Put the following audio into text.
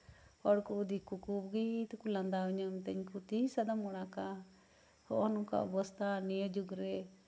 ᱦᱚᱲ ᱠᱚ ᱫᱤᱠᱩ ᱠᱚ ᱵᱩᱜᱤ ᱛᱮᱠᱚ ᱞᱟᱸᱫᱟᱣᱤᱧᱟᱹ ᱢᱤᱛᱟᱹᱧᱟᱠᱚ ᱟᱫᱚ ᱛᱤᱥ ᱟᱫᱚᱢ ᱚᱲᱜᱟ ᱦᱚᱸᱜᱼᱚ ᱱᱚᱝᱠᱟ ᱚᱵᱚᱥᱛᱟ ᱱᱤᱭᱟᱹ ᱡᱩᱜᱽ ᱨᱮ